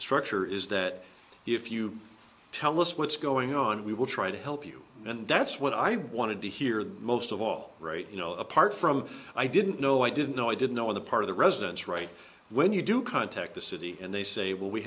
structure is that if you tell us what's going on we will try to help you and that's what i wanted to hear most of all right you know apart from i didn't know i didn't know i didn't know on the part of the residents right when you do contact the city and they say well we